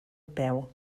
peu